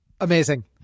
Amazing